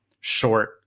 short